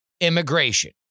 immigration